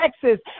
Texas